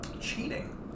Cheating